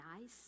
nice